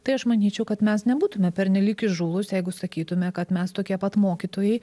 tai aš manyčiau kad mes nebūtume pernelyg įžūlus jeigu sakytume kad mes tokie pat mokytojai